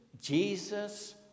Jesus